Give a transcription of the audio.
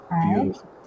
Beautiful